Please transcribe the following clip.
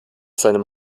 seinem